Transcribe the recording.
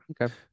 Okay